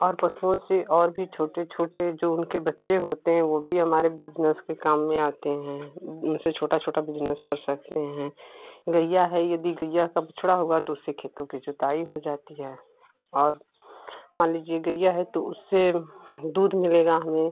और पशुओं से और भी छोटे छोटे जो उनके बच्चे होते हैं वो भी हमारे बिजनेस के काम में आते हैं उनसे छोटा छोटा बिजनेस कर सकते हैं गइया है यदि गइया का बछड़ा होगा तो उससे खेतों की जोताई हो जाती है और मान लीजिए गइया है तो उससे दूध मिलेगा हमें